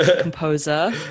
composer